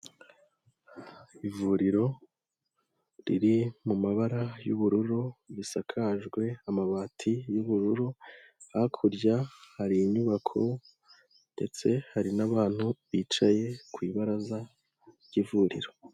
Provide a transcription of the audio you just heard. Ivuriro riri mu mabara y'ubururu risakajwe amabati y'ubururu, hakurya hari inyubako ndetse hari n'abantu bicaye ku ibaraza ry'ivuriro.